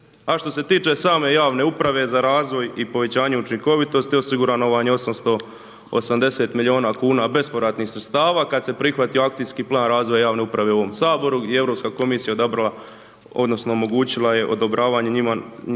A što se tiče same javne uprave za razvoj i povećanje učinkovitosti osigurano vam je 880 milijuna kuna bespovratnih sredstava, a kad se prihvatio akcijski plan razvoja javne uprave u ovom HS gdje je Europska komisija odabrala odnosno omogućila je odobravanje njima plana